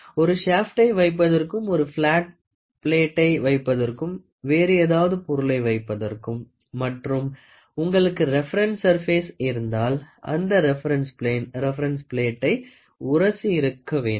ஒரு ஷாப்ட்டை வைப்பதற்கும் ஒரு பிளாட் ப்ளெட்டை வைப்பதற்கும் வேறு ஏதாவது பொருளை வைப்பதற்கும் மற்றும் உங்களுக்கு ரெபெரென்ஸ் சுரபேஸ் இருந்தால் அந்த ரெபெரென்ஸ் பிளேன் ரெபெரென்ஸ் ப்ளெட்டை உரசி இருக்கவேண்டும்